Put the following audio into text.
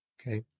Okay